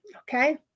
okay